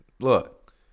Look